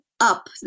up